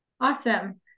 Awesome